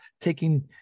taking